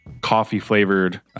coffee-flavored